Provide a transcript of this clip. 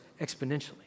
exponentially